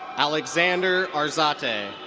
alexander arzate.